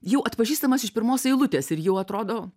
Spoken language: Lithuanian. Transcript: jau atpažįstamas iš pirmos eilutės ir jau atrodo